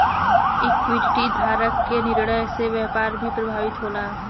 equity धारक के निर्णय से व्यापार भी प्रभावित होला